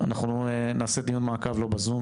אנחנו נעשה דיון מעקב לא בזום,